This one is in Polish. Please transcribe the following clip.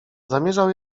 zamierzał